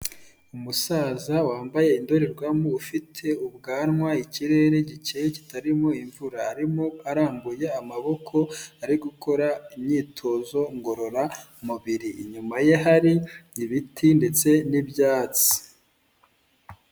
Umusaza wambaye indorerwamo ufite ubwanwa ikirere gikeye kitarimo imvura arimo arambuye amaboko ari gukora imyitozo ngororamubiri. Inyuma ye hari ibiti ndetse n'ibyatsi.